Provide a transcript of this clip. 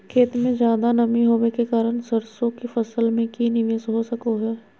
खेत में ज्यादा नमी होबे के कारण सरसों की फसल में की निवेस हो सको हय?